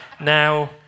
Now